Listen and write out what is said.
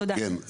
תודה.